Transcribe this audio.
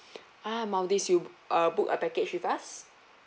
ah maldives you uh booked a package with us